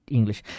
English